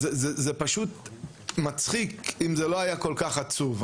זה היה פשוט מצחיק אם זה לא היה כל-כך עצוב.